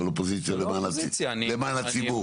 אבל אופוזיציה למען הציבור.